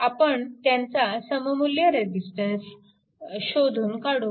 आपण त्यांचा सममुल्य रेजिस्टन्स शोधून काढू